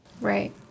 Right